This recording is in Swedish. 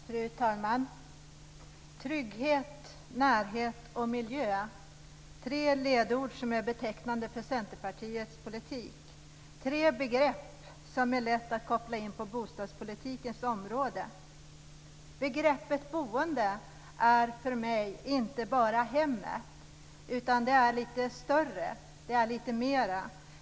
Fru talman! Trygghet, närhet och miljö är tre ledord som är betecknande för Centerpartiets politik. Det är tre begrepp som är lätta att koppla till bostadspolitikens område. Begreppet boende är för mig inte bara hemmet. Det är lite större. Det är lite mer.